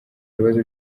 ibibazo